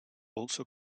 also